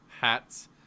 hats